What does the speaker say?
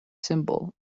symbol